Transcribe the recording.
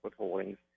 withholdings